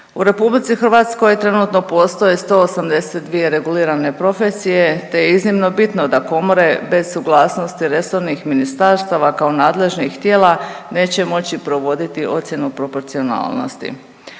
politike. U RH trenutno postoje 182 regulirane profesije te je iznimno bitno da komore bez suglasnosti resornih ministarstava kao nadležnih tijela neće moći provoditi ocjenu proporcionalnosti.